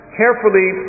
carefully